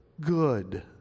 good